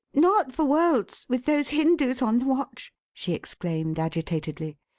not for worlds, with those hindus on the watch! she exclaimed agitatedly.